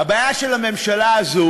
הבעיה של הממשלה הזאת